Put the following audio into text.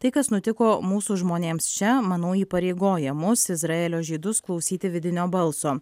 tai kas nutiko mūsų žmonėms čia manau įpareigoja mus izraelio žydus klausyti vidinio balso